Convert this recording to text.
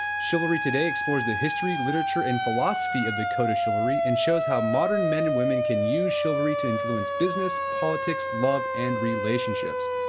chivalry today exposed the history, literature and philosophy of the code of chivalry and shows how modern men and women can use chivalry to influence business, politics, love and relationships.